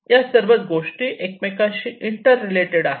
परंतु या सर्वच गोष्टी एकमेकांशी इंटर रिलेटेड आहेत